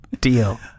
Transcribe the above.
Deal